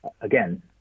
again